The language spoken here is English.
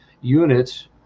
units